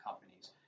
companies